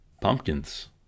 pumpkins